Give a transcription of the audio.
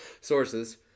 Sources